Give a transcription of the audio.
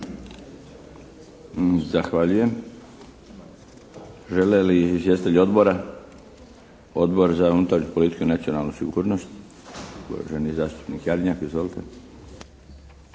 Zahvaljujem. Žele li izvjestitelji odbora? Odbor za unutarnju politiku i nacionalnu sigurnost, uvaženi zastupnik Jarnjak.